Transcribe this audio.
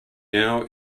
now